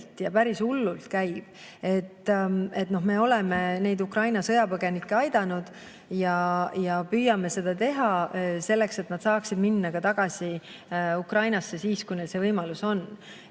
ja päris hullult käib. Me oleme neid Ukraina sõjapõgenikke aidanud ja püüame seda teha selleks, et nad saaksid minna tagasi Ukrainasse, kui neil see võimalus on.